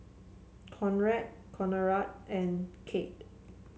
Conrad Conard and Kate